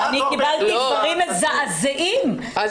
אני